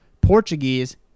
Portuguese